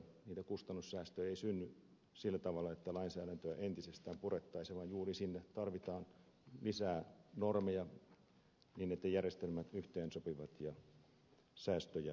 niitä kustannussäästöjä ei synny sillä tavalla että lainsäädäntöä entisestään purettaisiin vaan juuri sinne tarvitaan lisää normeja niin että järjestelmät yhteensopivat ja säästöjä syntyy